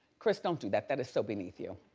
chris don't do that that is so beneath you.